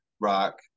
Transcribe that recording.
Rock